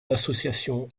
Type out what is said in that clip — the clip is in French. association